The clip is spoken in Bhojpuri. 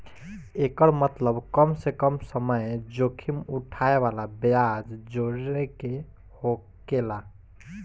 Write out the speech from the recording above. एकर मतबल कम से कम समय जोखिम उठाए वाला ब्याज जोड़े के होकेला